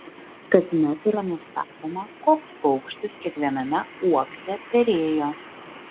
kasmet yra nustatoma koks paukštis kiekviename uokse perėjo